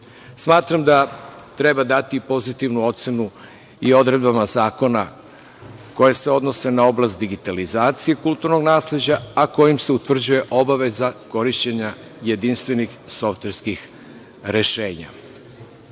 Smatram da treba dati pozitivnu ocenu i odredbama zakona koje se odnose na oblast digitalizacije kulturnog nasleđa, a kojim se utvrđuje obaveza korišćenja jedinstvenih softverskih rešenja.